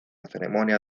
ceremonia